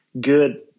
good